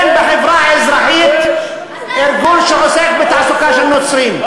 אין בחברה האזרחית ארגון שעוסק בתעסוקה של נוצרים,